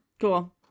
Cool